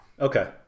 Okay